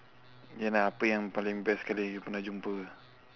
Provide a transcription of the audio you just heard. ye lah apa yang paling best sekali you pernah jumpa